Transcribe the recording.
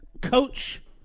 coach